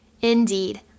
Indeed